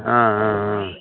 ஆ ஆ ஆ